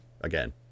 again